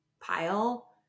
pile